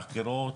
חקירות,